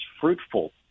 fruitful